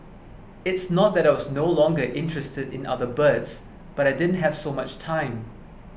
it's not that I was no longer interested in other birds but I didn't have so much time